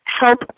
help